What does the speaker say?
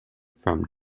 from